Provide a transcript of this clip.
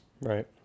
Right